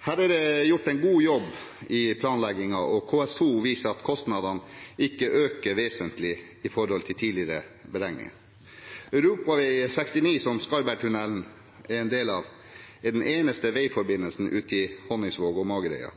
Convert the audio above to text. Det ble gjort en god jobb i planleggingen, og KS2 viser at kostnadene ikke øker vesentlig i forhold til tidligere beregninger. Europavei 69, som Skarvbergtunnelen er en del av, er den eneste veiforbindelsen til Honningsvåg og